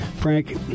Frank